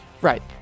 Right